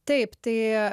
taip tai